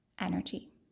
energy